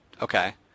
Okay